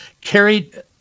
carried